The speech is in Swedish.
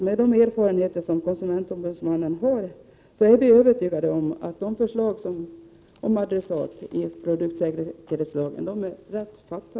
Med de erfarenheter som konsumentombudsmannan har är vi övertygade om att valet av adressat i produktsäkerhetslagen är det rätta.